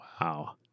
Wow